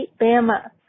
Bama